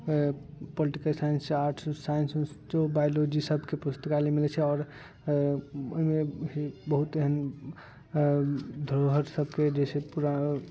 political science arts उर्ट्स science उन्स biology सबके पुस्तकालय मिलै छै आओर ओहिमे बहुत एहन धरोहर सबके जे छै पूरा